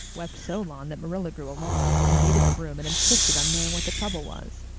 wept so long that marilla grew alarmed, invaded the room, and insisted on knowing what the trouble was.